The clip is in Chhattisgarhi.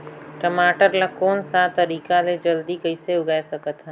टमाटर ला कोन सा तरीका ले जल्दी कइसे उगाय सकथन?